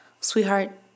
sweetheart